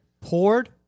poured